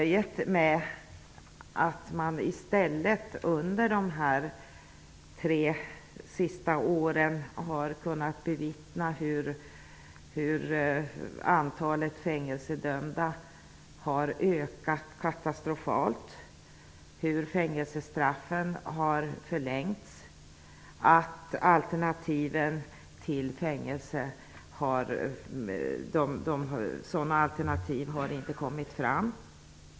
Vi har under de tre senaste åren kunnat bevittna hur antalet fängelsedömda har ökat katastrofalt, att fängelsestraffen har förlängts och att alternativen till fängelse inte har kommit fram.